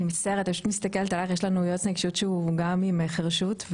יש לנו יועץ נגישות שהוא גם עם חירשות,